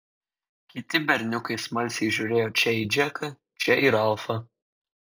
kiti berniukai smalsiai žiūrėjo čia į džeką čia į ralfą